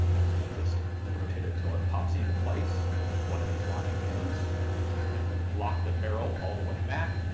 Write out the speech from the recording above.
i'm gonna just rotate it till it pops into place, with one of these locking pins. you can lock the barrel all the way back,